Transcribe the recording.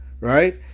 right